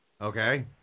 Okay